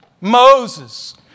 Moses